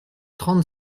trente